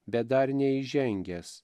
bet dar neįžengęs